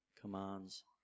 commands